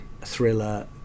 thriller